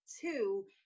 two